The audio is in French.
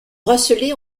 bracelet